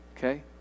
Okay